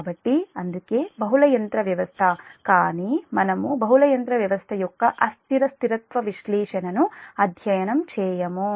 కాబట్టి అందుకే బహుళ యంత్ర వ్యవస్థ కానీ మనము బహుళ యంత్ర వ్యవస్థ యొక్క అస్థిర స్థిరత్వ విశ్లేషణను అధ్యయనం చేయము